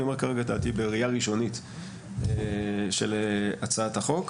אני אומר כרגע את דעתי בראיה ראשונית של הצעת החוק.